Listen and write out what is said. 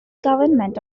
government